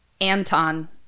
Anton